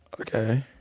Okay